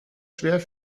schwer